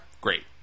great